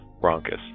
bronchus